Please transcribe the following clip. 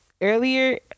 earlier